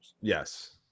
Yes